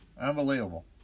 unbelievable